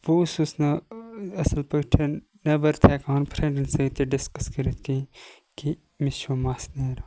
بہٕ اوسُس نہٕ اَصل پٲٹھۍ نٮ۪بَر تہِ ہیٚکان فرنڈَن سۭتۍ تہِ ڈِسکَس کٔرِتھ کینٛہہ کہِ مےٚ چھُ مَس نیران